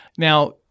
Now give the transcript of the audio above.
Now